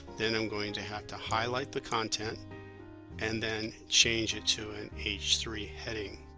then i'm going to have to highlight the content and then change it to an h three heading